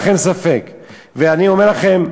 אני אומר לכם,